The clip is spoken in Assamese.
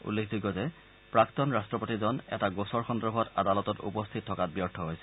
উল্লেখযোগ্য যে প্ৰাক্তন ৰাষ্ট্ৰপতিজন এটা গোচৰ সন্দৰ্ভত আদালতত উপস্থিত থকাত ব্যৰ্থ হৈছিল